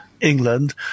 England